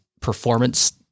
performance